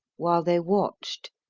while they watched,